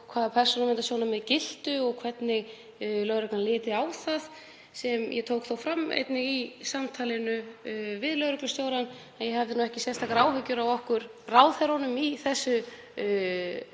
og hvaða persónuverndarsjónarmið giltu og hvernig lögreglan liti á það. Ég tók þó einnig fram í samtalinu við lögreglustjórann að ég hefði ekki sérstakar áhyggjur af okkur ráðherrunum í þessu